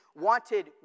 wanted